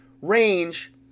range